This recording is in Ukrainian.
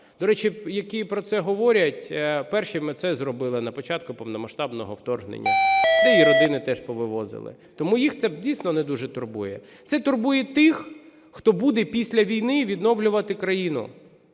До речі, які про це говорять, першими це зробили на початку повномасштабного вторгнення. Да і родини теж повивозили. Тому їх це дійсно не дуже турбує. Це турбує тих, хто буде після війни відновлювати країну